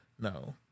No